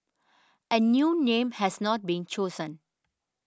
a new name has not been chosen